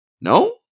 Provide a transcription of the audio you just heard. No